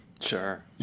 Sure